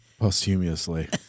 Posthumously